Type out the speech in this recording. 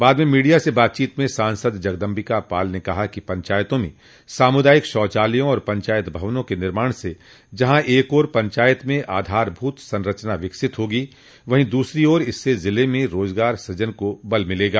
बाद में मीडिया से बातचीत में सांसद जगदम्बिका पाल ने कहा कि पंचायतों में सामुदायिक शौचालयों एवं पंचायत भवनों के निर्माण से जहां एक ओर पंचायत में आधारभूत संरचना विकसित होगी वहीं दूसरी ओर इससे जिले में रोजगार सूजन को बल मिलेगा